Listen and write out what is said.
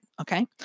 okay